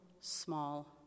small